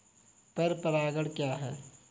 पर परागण क्या है?